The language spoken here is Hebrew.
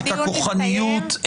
את הכוחניות,